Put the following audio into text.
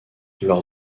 lors